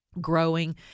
growing